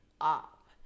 up